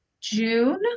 June